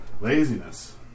Laziness